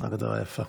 הגדרה יפה.